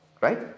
right